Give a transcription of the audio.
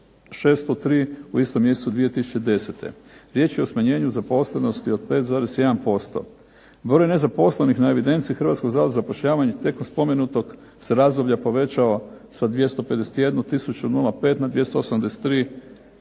440603 u istom mjesecu 2010. Riječ je o smanjenju zaposlenosti od 5,1%. Broj nezaposlenih na evidenciji Hrvatskog zavoda za zapošljavanje tijekom spomenutog se razdoblja povećao sa 251 tisuću